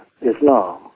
Islam